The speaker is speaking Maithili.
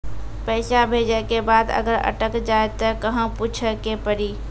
पैसा भेजै के बाद अगर अटक जाए ता कहां पूछे के पड़ी?